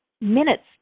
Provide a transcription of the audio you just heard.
minutes